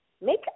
make